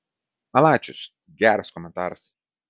malačius geras komentaras